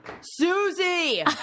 Susie